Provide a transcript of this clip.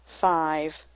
five